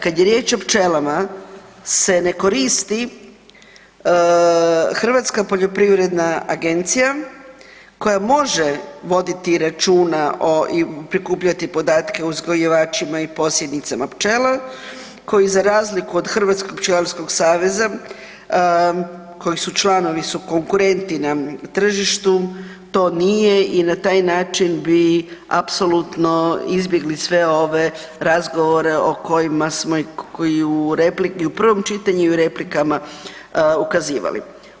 Kad je riječ o pčelama se ne koristi Hrvatska poljoprivredna agencija, koja može voditi računa i prikupljati podatke o uzgajivačima i posjednicama pčela, koji za razliku od Hrvatskog pčelarskog saveza, koji su članovi su konkurenti na tržištu, to nije i na taj način bi apsolutno izbjegli sve ove razgovore o kojima smo i koji i u repliki, i u prvom čitanju i u replikama, ukazivali.